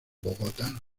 bogotá